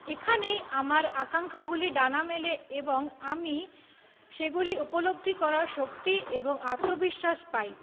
এখানেই আমার আকাঙ্খাগুলি ডানা মেলে এবং আমি সেগুলি উপলব্ধি করার শক্তি এবং আত্মবিশ্বাস পাই